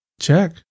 check